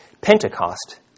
Pentecost